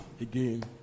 again